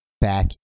Back